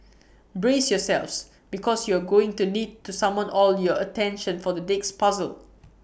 brace yourselves because you're going to need to summon all your attention for the next puzzle